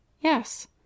Yes